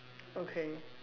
okay